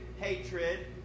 hatred